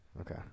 Okay